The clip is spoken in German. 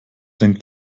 denn